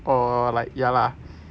or like ya lah